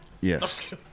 Yes